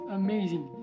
amazing